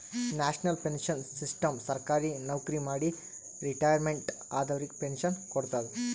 national pension system ಸರ್ಕಾರಿ ನವಕ್ರಿ ಮಾಡಿ ರಿಟೈರ್ಮೆಂಟ್ ಆದವರಿಗ್ ಪೆನ್ಶನ್ ಕೊಡ್ತದ್